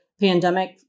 pandemic